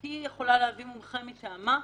היא יכולה להביא מומחה מטעמה,